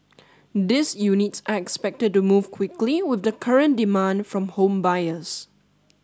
these units are expected to move quickly with the current demand from home buyers